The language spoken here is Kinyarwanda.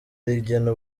rigena